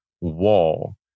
wall